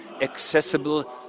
accessible